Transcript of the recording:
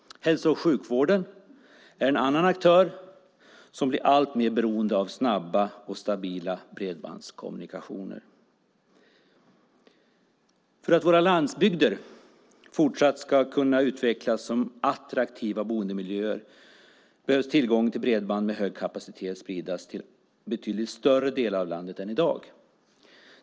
Hälso och sjukvården är en annan aktör som blir alltmer beroende av snabba och stabila bredbandskommunikationer. För att våra landsbygder fortsatt ska kunna utvecklas som attraktiva boendemiljöer behöver tillgången till bredband med hög kapacitet spridas till betydligt större delar av landet än i dag.